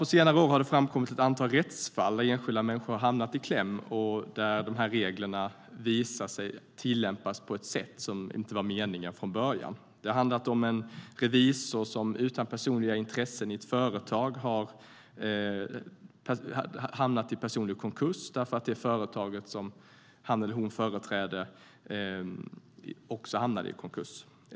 På senare år har det framkommit ett antal rättsfall där enskilda har hamnat i kläm och där reglerna har visat sig tillämpas på ett sätt som inte var meningen från början. En revisor utan personliga intressen i ett företag gick i personlig konkurs därför att det företag som han eller hon företrädde gick i konkurs.